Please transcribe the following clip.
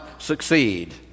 succeed